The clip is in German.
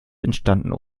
entstanden